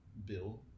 bill